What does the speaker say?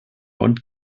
und